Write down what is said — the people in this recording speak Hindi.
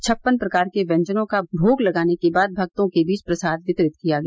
छप्पन प्रकार के व्यंजनों का भोग लगाने के बाद भक्तों के बीच प्रसाद वितरित किया गया